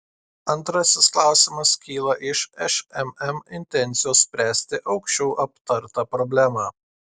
antrasis klausimas kyla iš šmm intencijos spręsti aukščiau aptartą problemą